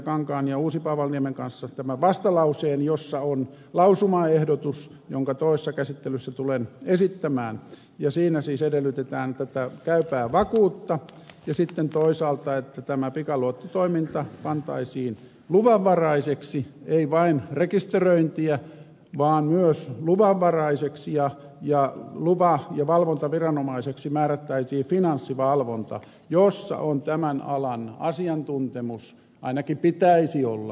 kankaan ja uusipaavalniemen kanssa tämän vastalauseen jossa on lausumaehdotus jonka toisessa käsittelyssä tulen esittämään ja siinä siis edellytetään tätä käypää vakuuttaa ja toisaalta sitä että tämä pikaluottotoiminta pantaisiin luvanvaraiseksi ei vain rekisteröintiä vaan myös luvanvaraiseksi ja lupa ja valvontaviranomaiseksi määrättäisiin finanssivalvonta jossa on tämän alan asiantuntemus ainakin pitäisi olla